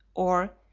or,